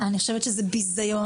אני חושבת שזה ביזיון.